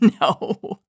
No